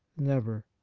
never.